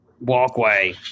walkway